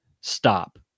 stop